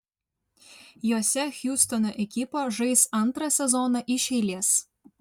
jose hjustono ekipa žais antrą sezoną iš eilės